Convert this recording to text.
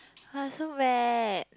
it was so bad